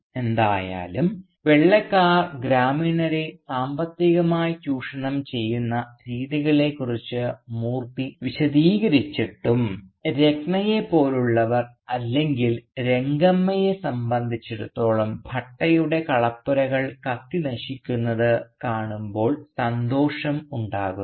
എന്തായാലും വെള്ളക്കാർ ഗ്രാമീണരെ സാമ്പത്തികമായി ചൂഷണം ചെയ്യുന്ന രീതികളെക്കുറിച്ച് മൂർത്തി വിശദീകരിച്ചിട്ടും രത്നയെപ്പോലുള്ളവർ അല്ലെങ്കിൽ രംഗമ്മയെ സംബന്ധിച്ചിടത്തോളം ഭട്ടയുടെ കളപ്പുരകൾ കത്തി നശിക്കുന്നത് കാണുമ്പോൾ സന്തോഷം ഉണ്ടാകുന്നു